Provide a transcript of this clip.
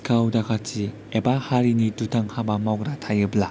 सिखाव दाखाथि एबा हारिनि दुथां हाबा मावग्रा थायोब्ला